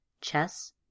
Chess